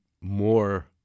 more